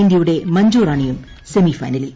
ഇന്ത്യയുടെ മഞ്ജു റാണിയും സെമിഫൈനലിൽ